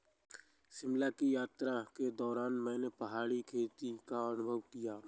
शिमला की यात्रा के दौरान मैंने पहाड़ी खेती का अनुभव किया